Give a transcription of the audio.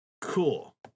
cool